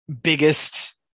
biggest